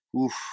Oof